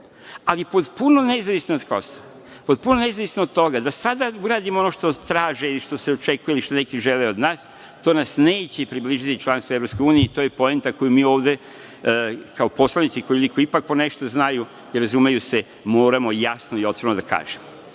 ali potpuno nezavisno od Kosova, potpuno nezavisno od toga da sada uradimo ono što traže i što se očekuje, ili što neki žele od nas, to nas neće približiti članstvu u EU, to je poenta koju mi ovde kao poslanici koji ipak ponešto znaju i razumeju se moramo jasno i otvoreno da kažemo.